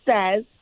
says